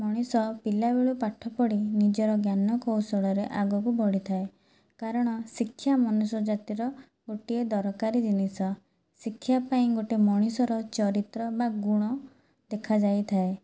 ମଣିଷ ପିଲାବେଳୁ ପାଠ ପଢ଼ି ନିଜର ଜ୍ଞାନକୌଶଳରେ ଆଗକୁ ବଢ଼ିଥାଏ କାରଣ ଶିକ୍ଷା ମନୁଷ୍ୟ ଜାତିର ଗୋଟିଏ ଦରକାରୀ ଜିନିଷ ଶିକ୍ଷା ପାଇଁ ଗୋଟିଏ ମଣିଷର ଚରିତ୍ର ବା ଗୁଣ ଦେଖା ଯାଇଥାଏ